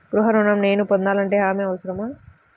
గృహ ఋణం నేను పొందాలంటే హామీ అవసరమా?